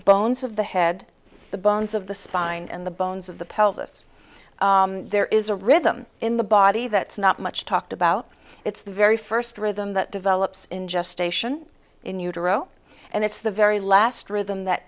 bones of the head the bones of the spine and the bones of the pelvis there is a rhythm in the body that's not much talked about it's the very first rhythm that develops in gestation in utero and it's the very last rhythm that